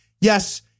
yes